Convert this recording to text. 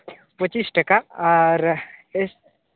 ᱯᱚᱸᱪᱤᱥ ᱴᱟᱠᱟ ᱟᱨ